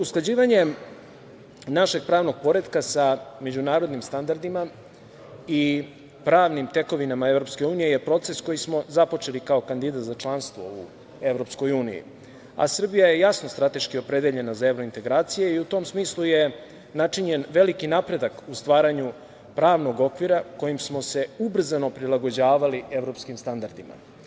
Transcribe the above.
Usklađivanjem našeg pravnog poretka sa međunarodnim standardima i pravnim tekovinama EU je proces koji smo započeli kao kandidat za članstvo u EU, a Srbija je jasno strateški opredeljena za evrointegracije i u tom smislu je načinjen veliki napredak u stvaranju pravnog okvira kojim smo se ubrzano prilagođavali evropskim standardima.